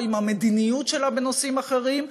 או עם המדיניות שלה בנושאים אחרים,